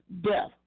Death